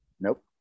Nope